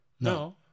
No